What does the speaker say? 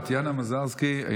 טטיאנה מזרסקי,